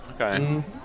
Okay